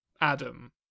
Adam